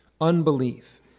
unbelief